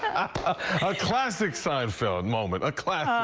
ah a classic seinfeld moment. a